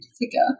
figure